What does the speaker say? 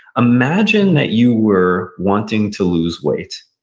imagine that you were wanting to lose weight,